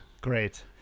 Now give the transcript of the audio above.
great